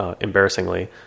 embarrassingly